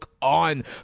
on